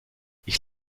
ich